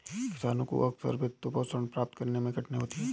किसानों को अक्सर वित्तपोषण प्राप्त करने में कठिनाई होती है